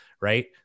right